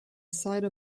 side